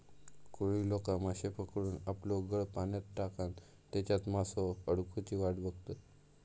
कोळी लोका माश्ये पकडूक आपलो गळ पाण्यात टाकान तेच्यात मासो अडकुची वाट बघतत